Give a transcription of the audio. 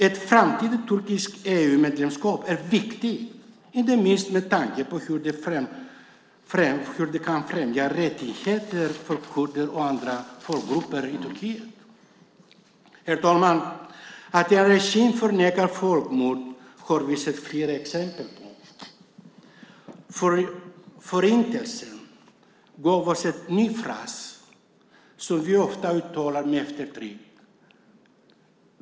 Ett framtida turkiskt EU-medlemskap är viktigt, inte minst med tanke på hur det kan främja rättigheter för kurder och andra folkgrupper i Turkiet. Herr talman! Att en regim förnekar folkmord har vi sett flera exempel på. Förintelsen gav oss en ny fras som vi ofta uttalar med eftertryck.